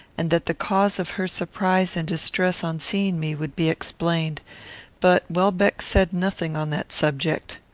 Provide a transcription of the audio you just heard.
and that the cause of her surprise and distress on seeing me would be explained but welbeck said nothing on that subject.